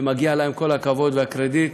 ומגיע לה כל הכבוד והקרדיט.